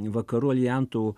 vakarų aljantų